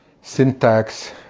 syntax